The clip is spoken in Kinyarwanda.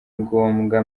ngombwa